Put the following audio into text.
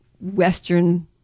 Western